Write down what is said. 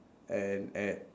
and at